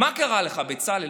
מה קרה לך, בצלאל?